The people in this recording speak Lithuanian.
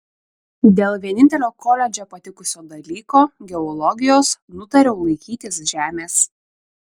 dėl vienintelio koledže patikusio dalyko geologijos nutariau laikytis žemės